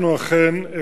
אנחנו אכן,